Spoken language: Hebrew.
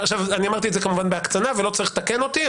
אמרתי את זה כמובן בהקצנה ולא צריך לתקן אותי,